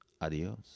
Adios